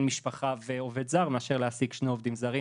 משפחה ועובד זר מאשר להעסיק שני עובדים זרים,